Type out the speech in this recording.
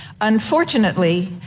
Unfortunately